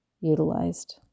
utilized